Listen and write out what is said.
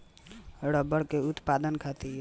rubber के उत्पादन खातिर उष्णकटिबंधीय जलवायु जरुरी होला